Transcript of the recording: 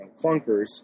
clunkers